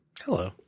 Hello